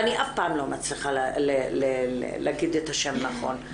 אנחנו גם נעקוב ונראה את היישום ומתי מתחיל